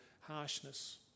harshness